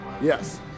Yes